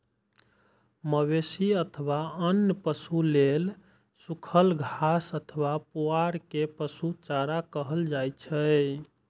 मवेशी अथवा अन्य पशु लेल सूखल घास अथवा पुआर कें पशु चारा कहल जाइ छै